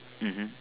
mmhmm